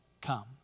come